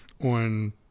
on